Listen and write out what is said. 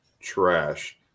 trash